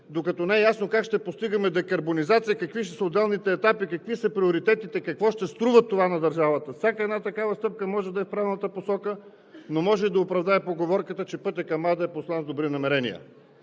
докато не е ясно как ще постигаме декарбонизация, какви ще са отделните етапи, какви са приоритетите, какво ще струва това на държавата, всяка една такава стъпка може да е в правилната посока, но може да оправдае поговорката, че пътят към ада е постлан с добри намерения.